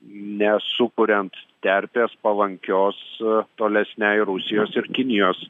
nesukuriant terpės palankios tolesnei rusijos ir kinijos